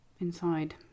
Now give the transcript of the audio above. inside